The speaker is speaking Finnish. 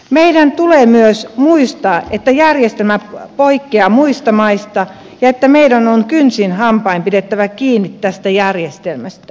meidän tulee myös muistaa että järjestelmä poikkeaa muista maista ja että meidän on kynsin hampain pidettävä kiinni tästä järjestelmästä